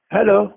Hello